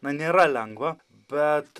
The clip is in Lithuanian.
na nėra lengva bet